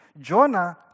Jonah